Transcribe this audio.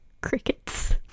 Crickets